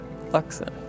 Luxon